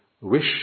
Wish